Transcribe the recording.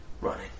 running